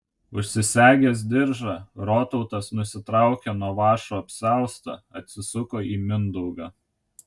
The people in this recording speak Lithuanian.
užsisegęs diržą rotautas nusitraukė nuo vąšo apsiaustą atsisuko į mindaugą